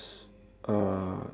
uh